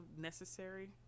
necessary